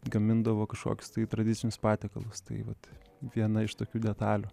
gamindavo kažkokius tai tradicinius patiekalus tai vat viena iš tokių detalių